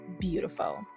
beautiful